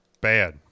bad